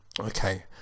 Okay